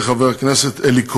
יהיה חבר הכנסת אלי כהן.